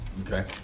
Okay